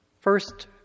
First